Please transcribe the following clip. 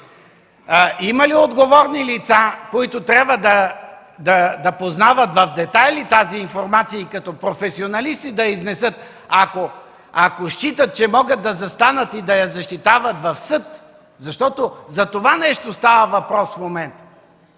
Има ли отговорни лица, които трябва да познават в детайли тази информация и като професионалисти да я изнесат, ако считат, че могат да застанат и да я защитават в съд? Защото за това нещо става въпрос в момента.